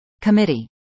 committee